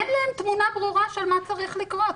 אין להם תמונה ברורה של מה צריך לקרות.